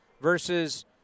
versus